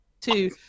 Two